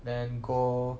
then go